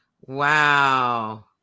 Wow